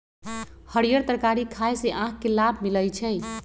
हरीयर तरकारी खाय से आँख के लाभ मिलइ छै